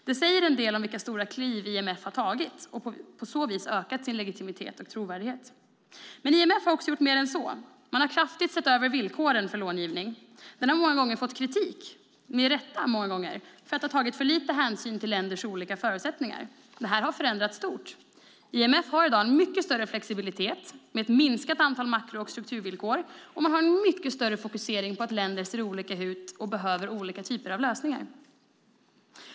Det säger en del om vilka stora kliv IMF har tagit och på så vis ökat sin legitimitet och trovärdighet. Men IMF har gjort mer än så. Man har kraftigt sett över villkoren för långivning. Den har med rätta många gånger fått kritik för att ha tagit för lite hänsyn till länders olika förutsättningar. Det här har förändrats stort. IMF har i dag en mycket större flexibilitet med ett minskat antal makro och strukturvillkor. Man har en mycket större fokusering på att länder ser olika ut och behöver olika typer av lösningar.